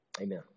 amen